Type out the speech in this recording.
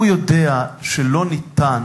הוא יודע שלא ניתן